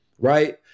right